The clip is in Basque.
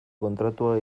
kontratua